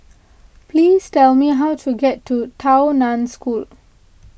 please tell me how to get to Tao Nan School